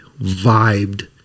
vibed